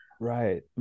right